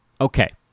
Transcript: Okay